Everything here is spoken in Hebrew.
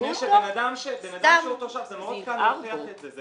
מפני שבן אדם שהוא תושב, מאוד קל להוכיח את זה.